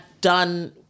done